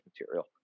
material